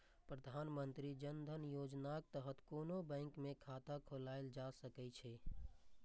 प्रधानमंत्री जन धन योजनाक तहत कोनो बैंक मे खाता खोलाएल जा सकै छै